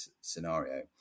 scenario